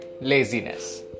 laziness